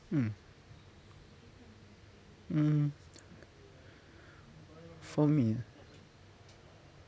hmm um for me